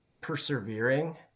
persevering